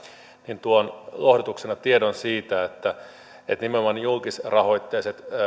niin tuon lohdutuksena tiedon siitä että että nimenomaan julkisrahoitteiset